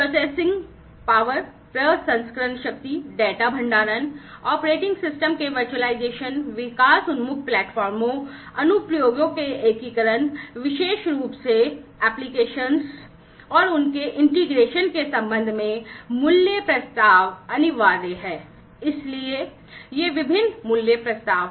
प्रसंस्करण शक्ति डेटा भंडारण ऑपरेटिंग सिस्टम के वर्चुअलाइजेशन विकास उन्मुख प्लेटफार्मों अनुप्रयोगों के एकीकरण विशेष रूप से अनुप्रयोगों और उनके एकीकरण के संबंध में मूल्य प्रस्ताव अनिवार्य रूप से ये विभिन्न मूल्य प्रस्ताव हैं